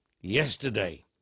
yesterday